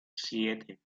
siete